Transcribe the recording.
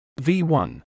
V1